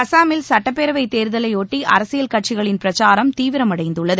அசாமில் சுட்டப்பேரவை தேர்தலைபொட்டி அரசியல் கட்சிகளின் பிரச்சாரம் தீவிரமடைந்துள்ளது